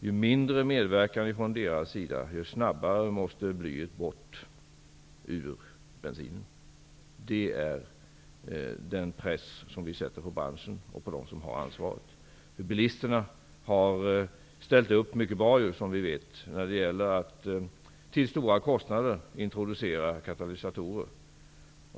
Ju mindre medverkan från deras sida, desto snabbare måste blyet bort ur bensinen. Det är den press som vi sätter på branschen och på dem som har ansvaret. Bilisterna har som vi vet ställt upp mycket bra när det gäller att till stora kostnader introducera katalysatorer.